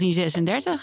1936